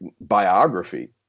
biography